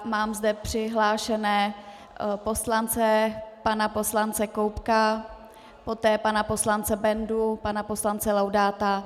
Mám zde přihlášené poslance pana poslance Koubka, poté pana poslance Bendu, pana poslance Laudáta.